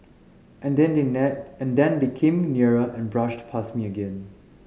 and then they and they became nearer and brushed past me again